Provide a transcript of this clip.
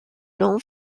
known